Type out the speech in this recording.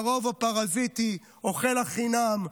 והרוב הפרזיטי אוכל החינם,